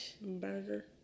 burger